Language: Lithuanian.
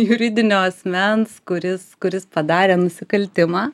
juridinio asmens kuris kuris padarė nusikaltimą